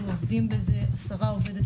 אנחנו עובדים בזה, השרה עובדת